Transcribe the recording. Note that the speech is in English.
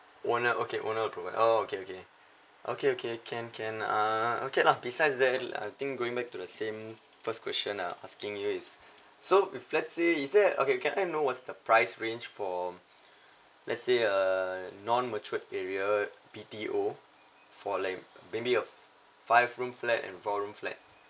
owner okay owner will provide oh okay okay okay okay can can uh okay lah besides that I think going back to the same first question I'm asking you is so if let's say is there okay can I know what's the price range for let's say a non matured area B T O for like maybe a f~ five rooms flat and four room flat